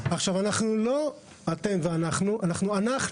זה לא אתם ואנחנו אלה אנחנו.